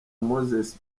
moses